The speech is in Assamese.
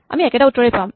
আমি একেটা উত্তৰেই পাম